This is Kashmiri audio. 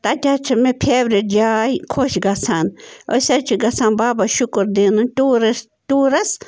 تَتہِ حظ چھےٚ مےٚ فیورِٹ جاے خۄش گژھان أسۍ حظ چھِ گژھان بابا شُکر دیٖنُن ٹیوٗرِس ٹیوٗرَس